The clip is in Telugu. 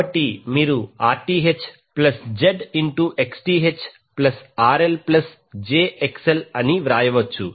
కాబట్టి మీరు Rth plus j XTh plus RL plus j XL అని వ్రాయవచ్చు